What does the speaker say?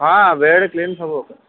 ହଁ bed clean ସବୁ okay